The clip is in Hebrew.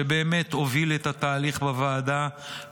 שבאמת הוביל את התהליך בוועדה,